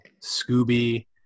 Scooby